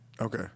okay